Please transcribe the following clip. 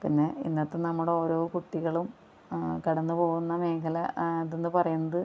പിന്നെ ഇന്നത്തെ നമ്മുടെ ഓരോ കുട്ടികളും കടന്നുപോകുന്ന മേഖല ഇതെന്ന് പറയുന്നത്